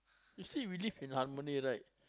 you see we live in harmony right